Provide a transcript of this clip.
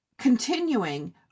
continuing